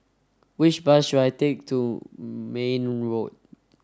which bus should I take to Mayne Road